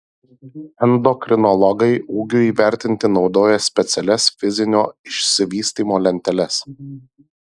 endokrinologai ūgiui įvertinti naudoja specialias fizinio išsivystymo lenteles